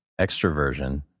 extroversion